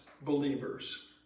believers